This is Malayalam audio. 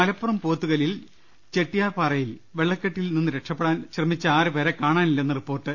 മലപ്പുറം ജില്ലയിലെ പോത്തുകല്ലിൽ ചെട്ടിയാർ പാറയിൽ വെള്ള ക്കെട്ടിൽ നിന്ന് രക്ഷപ്പെടാൻ ശ്രമിച്ച ആറ് പേരെ കാണാനില്ലെന്ന് റിപ്പോർട്ട്